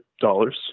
dollars